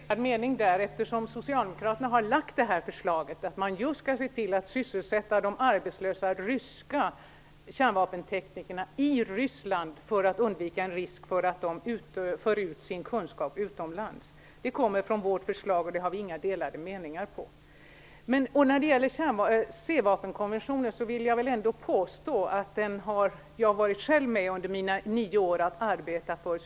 Herr talman! Vi har ingen delad mening i den frågan. Socialdemokraterna har lagt fram förslaget att man skall se till att sysselsätta de arbetslösa ryska kärnvapenteknikerna i Ryssland för att undvika en risk för att de för ut sin kunskap utomlands. Det kommer från vårt förslag, och det har vi inga delade meningar om. C-vapen-konventionen har jag under mina nio år varit med att arbeta för.